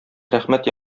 рәхмәт